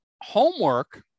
homework